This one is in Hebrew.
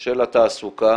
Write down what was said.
של התעסוקה,